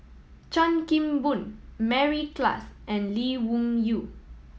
Chan Kim Boon Mary Klass and Lee Wung Yew